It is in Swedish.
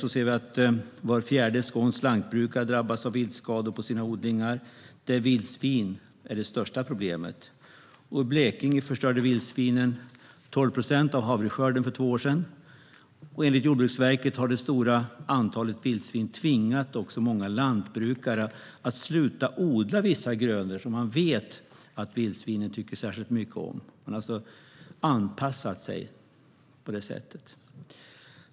Då ser vi att var fjärde skånsk lantbrukare drabbas av viltskador på sina odlingar, där vildsvin är det största problemet. I Blekinge förstörde vildsvinen 12 procent av havreskörden för två år sedan. Och enligt Jordbruksverket har det stora antalet vildsvin tvingat många lantbrukare att sluta odla vissa grödor som de vet att vildsvinen tycker särskilt mycket om. De har alltså anpassat sig på det sättet.